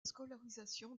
scolarisation